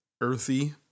earthy